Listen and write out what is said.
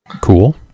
Cool